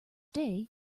day